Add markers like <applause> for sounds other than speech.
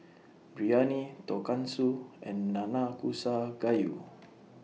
Biryani Tonkatsu and Nanakusa Gayu <noise>